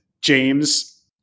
James